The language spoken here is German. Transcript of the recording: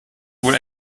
wohl